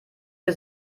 für